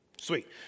Sweet